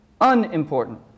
unimportant